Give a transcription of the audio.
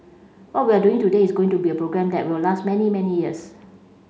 what we're doing today is going to be a program that will last many many years